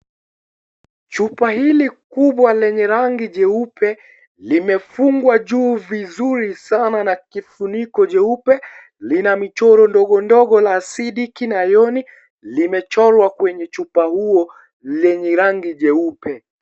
Chupa hili kubwa lenye rangi jeupe, limefungwa juu vizuri sana na kifuniko jeupe. Lina michoro ndogo ndogo la acidic na iron, limechorwa kwenye chupa huo lenye rangi jeupe.